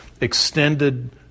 extended